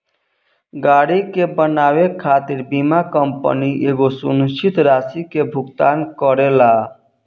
गाड़ी के बनावे खातिर बीमा कंपनी एगो सुनिश्चित राशि के भुगतान करेला